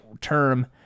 term